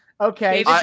okay